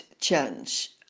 change